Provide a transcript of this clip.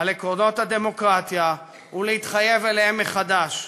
על עקרונות הדמוקרטיה, ולהתחייב להם מחדש,